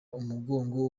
umugogo